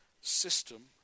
system